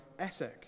Essek